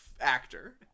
actor